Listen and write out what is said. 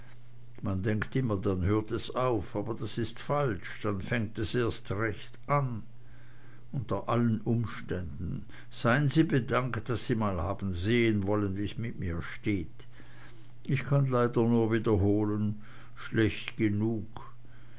man denkt immer dann hört es auf aber das ist falsch dann fängt es erst recht an unter allen umständen seien sie bedankt daß sie mal haben sehen wollen wie's mit mir steht ich kann leider nur wiederholen schlecht genug